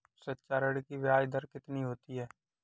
शिक्षा ऋण की ब्याज दर कितनी होती है?